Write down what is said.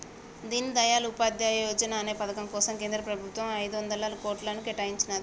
దీన్ దయాళ్ ఉపాధ్యాయ యోజనా అనే పథకం కోసం కేంద్ర ప్రభుత్వం ఐదొందల కోట్లను కేటాయించినాది